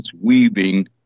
weaving